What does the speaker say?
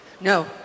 No